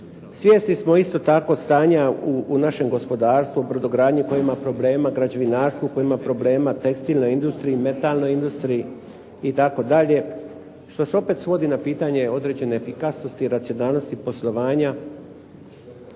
Svjesni smo isto tako stanja u našem gospodarstvu, brodogradnji koje ima problema, građevinarstvu koje ima problema, tekstilnoj industriji, metalnoj industriji itd., što se opet svodi na pitanje određene efikasnosti, racionalnosti poslovanja,